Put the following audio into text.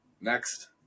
next